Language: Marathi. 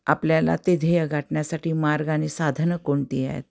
आपल्याला ते ध्येय गाठण्यासाठी मार्गाने साधनं कोणती आहे